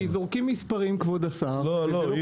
כי זורקים מספרים, כבוד השר, וזה לא קיים בפועל.